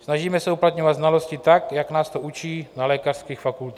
Snažíme se uplatňovat znalosti tak, jak nás to učí na lékařských fakultách.